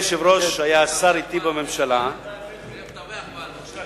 ומדווח לנו.